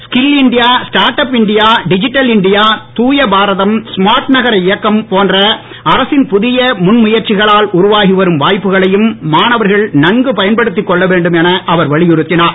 skill India startup India digital India தூய பாரதம் smart நகர இயக்கம் போன்ற அரசின் புதிய முன்முயற்சிகளால் உருவாகிவரும் வாய்ப்புகளையும் மாணவர்கள் நன்கு பயன்படுத்திக் கொள்ளவேண்டும் என அவர் வலியுறுத்தினுர்